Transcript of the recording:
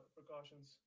precautions